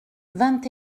vingt